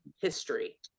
history